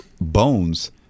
bones